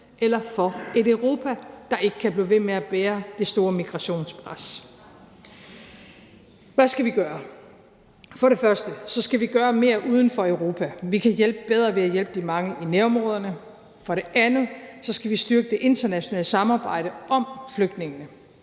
eller for et Europa, der ikke kan blive ved med at bære det store migrationspres. Hvad skal vi gøre? For det første skal vi gøre mere uden for Europa. Vi kan hjælpe bedre ved at hjælpe de mange i nærområderne. For det andet skal vi styrke det internationale samarbejde om flygtningene.